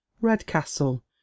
Redcastle